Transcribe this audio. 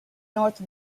north